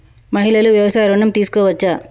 మహిళలు వ్యవసాయ ఋణం తీసుకోవచ్చా?